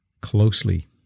closely